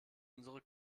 unsere